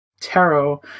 tarot